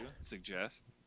Suggest